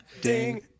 ding